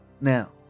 now